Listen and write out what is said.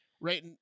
right